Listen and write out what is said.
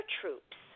troops